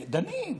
דנים.